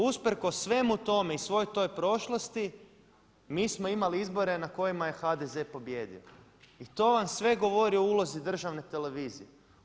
Usprkos svemu tome i svoj toj prošlosti mi smo imali izbore na kojima je HDZ pobijedio i to vam sve govori o ulozi državne televizije.